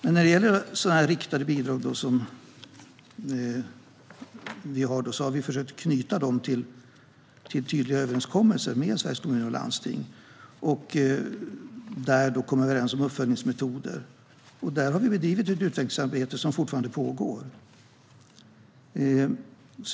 När det gäller riktade bidrag har vi försökt att knyta dem till tydliga överenskommelser med Sveriges Kommuner och Landsting. Vi har där kommit överens om uppföljningsmetoder och bedrivit ett utvecklingsarbete som fortfarande pågår.